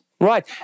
Right